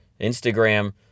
Instagram